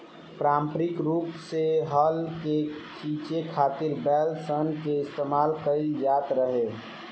पारम्परिक रूप से हल के खीचे खातिर बैल सन के इस्तेमाल कईल जाट रहे